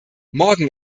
morgen